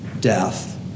Death